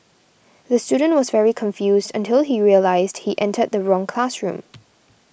the student was very confused until he realised he entered the wrong classroom